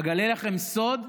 אגלה לכם סוד: